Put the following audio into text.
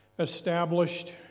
established